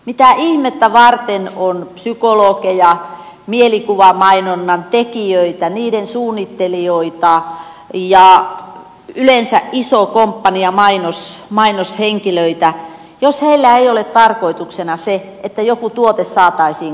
mitä ihmettä varten on psykologeja mielikuvamainonnan tekijöitä niiden suunnittelijoita ja yleensä iso komppania mainoshenkilöitä jos heillä ei ole tarkoituksena se että joku tuote saataisiin kaupaksi